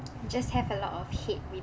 just have a lot of hate